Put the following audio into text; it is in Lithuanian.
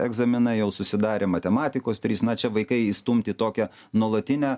egzaminai jau susidarė matematikos trys na čia vaikai įstumti į tokią nuolatinę